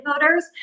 voters